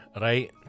right